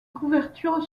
couvertures